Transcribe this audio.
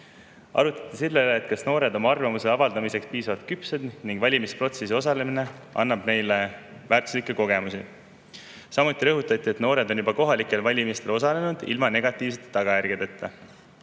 Arutleti selle üle, kas noored on oma arvamuse avaldamiseks piisavalt küpsed ning et valimisprotsessis osalemine annab neile väärtuslikke kogemusi. Samuti rõhutati, et noored on juba kohalikel valimistel osalenud ilma negatiivsete tagajärgedeta.